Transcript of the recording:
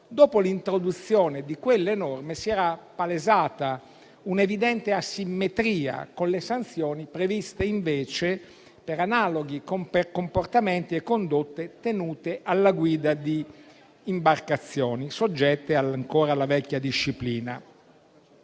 dopo l'introduzione di quelle norme si era palesata un'evidente asimmetria con le sanzioni previste per analoghi comportamenti e condotte tenuti alla guida di imbarcazioni, ancora soggette alla vecchia disciplina: